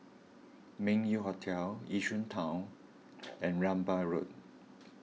Meng Yew Hotel Yishun Town and Rambai Road